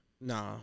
Nah